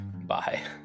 Bye